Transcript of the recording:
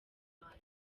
rwanda